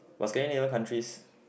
but Scandinavian countries